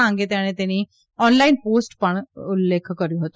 આ અંગે તેણે તેની ઓનલાઈન પોસ્ટ પર પણ ઉલ્લેખ કર્યો હતો